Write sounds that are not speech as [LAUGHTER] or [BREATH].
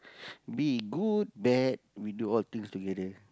[BREATH] be good bad we do all things together